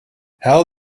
how